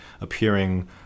appearing